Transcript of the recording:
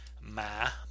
Ma